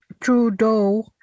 Trudeau